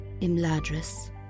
Imladris